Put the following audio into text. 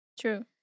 True